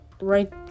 right